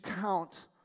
count